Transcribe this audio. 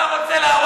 אתה רוצה להרוג,